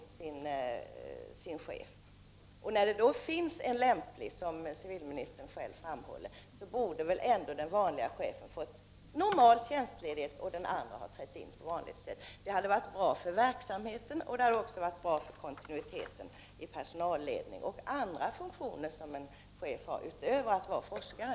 1989/90:34 När det då finns en lämplig person, som civilministern själv framhåller, 28 november 1989 borde den vanlige chefen ha fått normal tjänstledighet och den andre fått CI träda in. Det hade varit bra för verksamheten och för kontinuiteten i personalledningen och de andra funktioner som en chef har utöver att vara forskare.